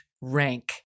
rank